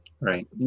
right